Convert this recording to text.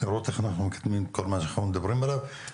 לראות איך אנחנו מקדמים את כל מה שאנחנו מדברים עליו.